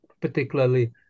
particularly